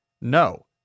no